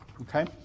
Okay